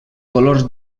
colors